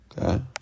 Okay